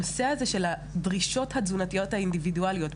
הנושא הזה של הדרישות התזונתיות האינדיבידואליות,